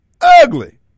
Ugly